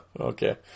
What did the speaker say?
Okay